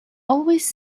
always